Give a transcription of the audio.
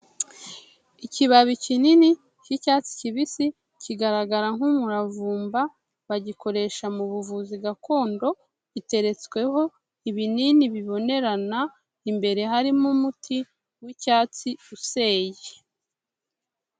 Ikibabi kinini cy'icyatsi kibisi kigaragara nk'umuravumba bagikoresha mu buvuzi gakondo, giteretsweho ibinini bibonerana imbere harimo umuti w'icyatsi useye.